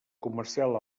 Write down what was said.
comercial